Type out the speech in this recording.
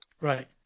Right